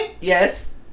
Yes